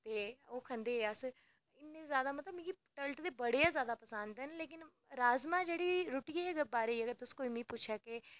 ते ओह् खंदे हे अस मतलब मिगी इन्ने जादा बड़े जैदा पसंद न ते राजमांह् जेह्ड़े रुट्टियै दे बारै अगर मिगी पुच्छै कोई